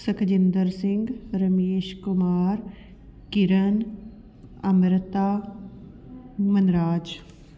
Sukhjinder Singh Ramesh Kumar Kiran Amrita Manraj